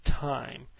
time